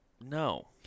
No